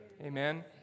Amen